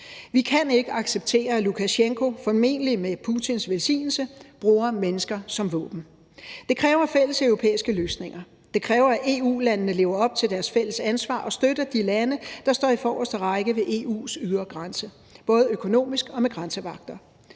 Vi kan ikke acceptere, at Lukasjenko formentlig med Putins velsignelse bruger mennesker som våben. Det kræver fælleseuropæiske løsninger. Det kræver, at EU-landene lever op til deres fælles ansvar og støtter de lande, der står i forreste række ved EU's ydre grænse, både økonomisk og med grænsevagter.